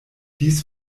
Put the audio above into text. dies